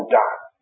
done